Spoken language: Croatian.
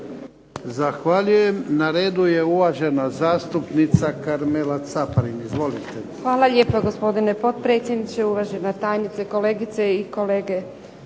Zahvaljujem. Na redu je uvažena zastupnica Karmela Caparin. Izvolite. **Caparin, Karmela (HDZ)** Hvala lijepo gospodine potpredsjedniče. Uvažena tajnice, kolegice i kolege